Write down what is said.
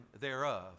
thereof